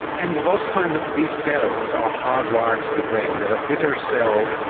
and you've also found that these cells are hardwired to the brain, that a bitter cell,